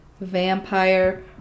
vampire